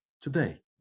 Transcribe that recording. today